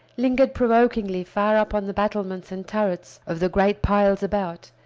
lingered provokingly far up on the battlements and turrets of the great piles about,